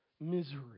Misery